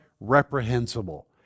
reprehensible